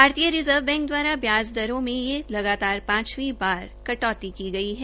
भारतीय reserve bank द्वारा ब्याज दरों में यह लगातार पांचवी बार कटौती की गई है